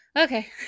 okay